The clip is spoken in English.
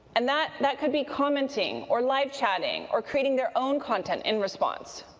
and that that could be commenting or live chatting or creating their own content in response.